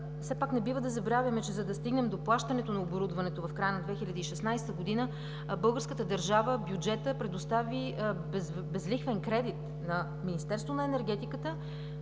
Все пак не бива да забравяме, че за да стигнем до плащането на оборудването в края на 2016 г., българската държава, бюджетът предостави безлихвен кредит на Министерството на енергетиката